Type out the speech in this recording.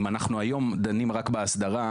אם אנחנו דנים היום רק בהסדרה,